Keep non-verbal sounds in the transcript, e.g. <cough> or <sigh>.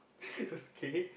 <laughs> okay